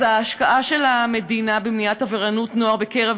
אז ההשקעה של המדינה במניעת עבריינות נוער בקרב